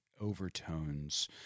overtones